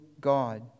God